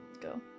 go